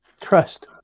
Trust